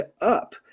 up